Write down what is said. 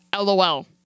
LOL